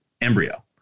embryo